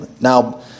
Now